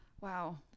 wow